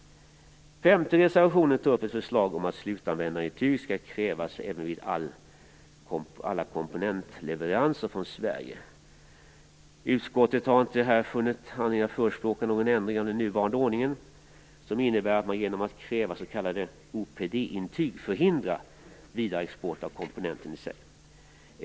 Den femte reservationen tar upp ett förslag om att slutanvändarintyg skall krävas även vid komponentleveranser från Sverige. Utskottsmajoriteten har inte funnit anledning att förespråka någon ändring av nuvarande ordning, som innebär att man genom att kräva s.k. OPD-intyg förhindrar vidareexport av komponenten i sig.